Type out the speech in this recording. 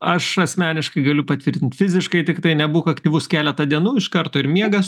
aš asmeniškai galiu patvirtint fiziškai tiktai nebūk aktyvus keletą dienų iš karto ir miegas